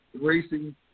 racing